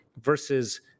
versus